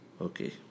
Okay